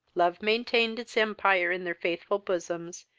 love maintained its empire in their faithful bosoms,